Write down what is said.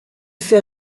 fait